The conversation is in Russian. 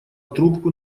трубку